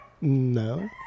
No